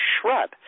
shrub